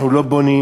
אנחנו לא בונים.